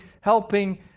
helping